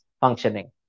functioning